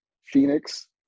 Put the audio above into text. Phoenix